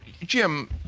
Jim